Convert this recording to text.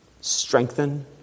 strengthen